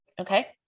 Okay